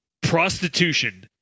Prostitution